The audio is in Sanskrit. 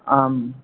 आम्